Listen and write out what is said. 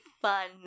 fun